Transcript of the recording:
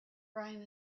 brian